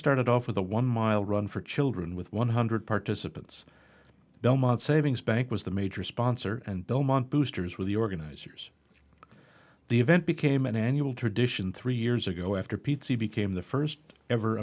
started off with a one mile run for children with one hundred participants belmont savings bank was the major sponsor and belmont boosters were the organizers the event became an annual tradition three years ago after pizzey became the first ever